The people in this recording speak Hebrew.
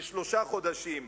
בשלושה חודשים.